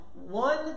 One